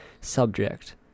subject